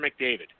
McDavid